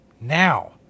now